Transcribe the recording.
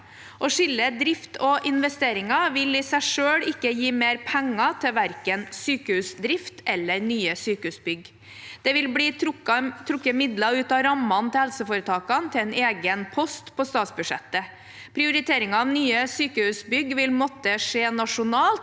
Å skille drift og investeringer vil i seg selv ikke gi mer penger til verken sykehusdrift eller nye sykehusbygg. Det vil bli trukket midler ut av rammene til helseforetakene til en egen post på statsbudsjettet. Prioriteringen av nye sykehusbygg vil måtte skje nasjonalt